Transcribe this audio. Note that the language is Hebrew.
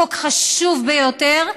חוק חשוב ביותר,